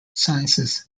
sciences